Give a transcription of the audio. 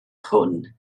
hwn